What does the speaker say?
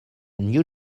new